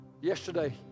Yesterday